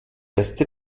erste